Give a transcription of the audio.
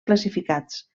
classificats